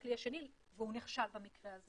הכלי השני, והוא נכשל במקרה הזה.